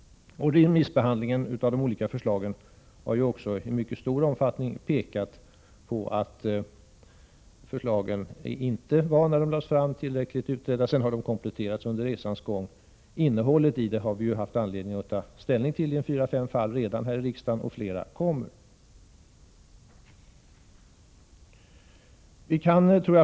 Remissbehandlingen av de olika förslagen har också i mycket stor omfattning visat att förslagen, när de lades fram, inte var tillräckligt utredda. Sedan har de kompletterats under resans gång. Innehållet har vi ju redan haft anledning att ta ställning till i en fyra fem fall här i riksdagen, och fler kommer.